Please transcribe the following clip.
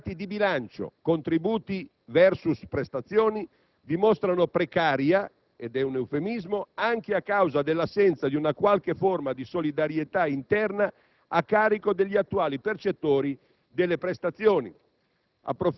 che i dati di bilancio (contributi *versus* prestazioni) dimostrano precaria (ed è un eufemismo), anche a causa dell'assenza di una qualche forma di solidarietà interna a carico degli attuali percettori delle prestazioni.